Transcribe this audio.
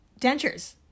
dentures